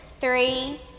three